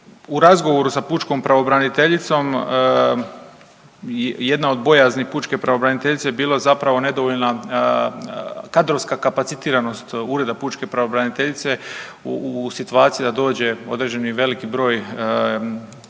u razgovoru sa pučkom pravobraniteljicom jedna od bojazni pučke pravobraniteljice je bilo zapravo nedovoljna kadrovska kapacitiranost ureda pučke pravobraniteljica u situaciji da dođe određeni veliki broj prijava